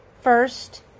first